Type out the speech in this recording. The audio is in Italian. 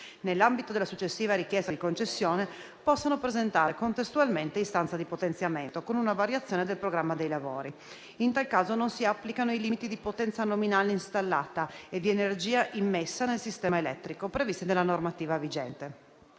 nell'ambito della successiva richiesta di concessione possano presentare contestualmente istanza di potenziamento, con una variazione del programma dei lavori. In tal caso, non si applicano i limiti di potenza nominale installata e di energia immessa nel sistema elettrico, previsti dalla normativa vigente.